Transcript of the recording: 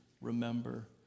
remember